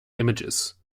images